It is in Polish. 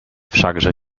wszakże